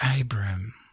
Abram